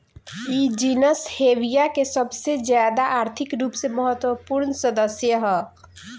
इ genus Hevea के सबसे ज्यादा आर्थिक रूप से महत्वपूर्ण सदस्य ह